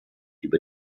über